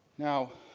now,